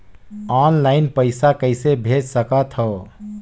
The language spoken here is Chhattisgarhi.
ऑनलाइन पइसा कइसे भेज सकत हो?